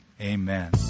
amen